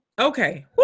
Okay